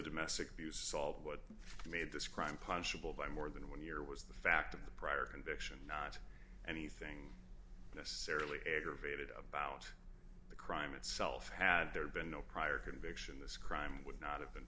domestic abuse solved what made this crime punishable by more than one year was the fact of the prior conviction not anything necessarily aggravated of about the crime itself had there been no prior conviction this crime would not have been